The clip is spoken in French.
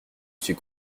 suis